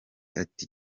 ati